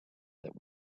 that